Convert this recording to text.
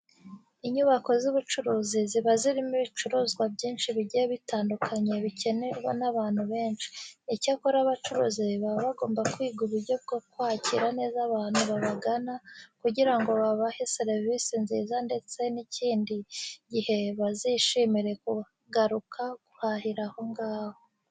Inyubako z'ubucuruzi ziba zirimo ibicuruzwa byinshi bigiye bitandukanye bikenerwa n'abantu benshi. Icyakora abacuruzi baba bagomba kwiga uburyo bwo kwakira neza abantu babagana kugira ngo babahe serivise nziza ndetse n'ikindi gihe bazishimire kugaruka guhahira aho ngaho.